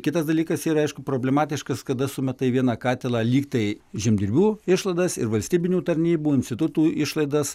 kitas dalykas yra aišku problematiškas kada sumeta į vieną katilą lyg tai žemdirbių išlaidas ir valstybinių tarnybų institutų išlaidas